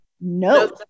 No